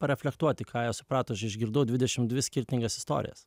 pareflektuoti ką jie suprato aš išgirdau dvidešim dvi skirtingas istorijas